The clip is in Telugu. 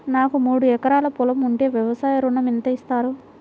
నాకు మూడు ఎకరాలు పొలం ఉంటే వ్యవసాయ ఋణం ఎంత ఇస్తారు?